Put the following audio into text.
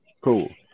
Cool